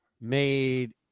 made